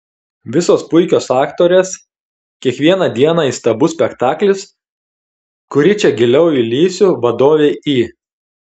visos puikios aktorės kiekvieną dieną įstabus spektaklis kuri čia giliau įlįsiu vadovei į